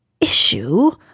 issue